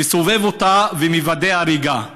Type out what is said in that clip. מסובב אותה ומוודא הריגה.